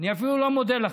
אני אפילו לא מודה לכם.